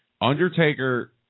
Undertaker